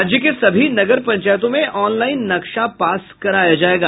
राज्य के सभी नगर पंचायतों में ऑनलाइन नक्शा पास कराया जायेगा